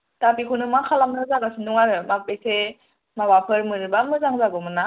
दा बेखौनो मा खालामनो जागासिनदों आरो एसे माबाफोर मोनोबा मोजां जागौमोन ना